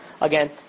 again